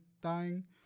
dying